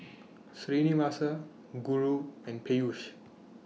Srinivasa Guru and Peyush